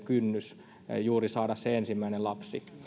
kynnys saada juuri se ensimmäinen lapsi